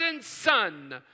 Son